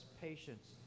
patience